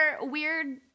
weird